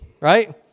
right